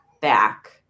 back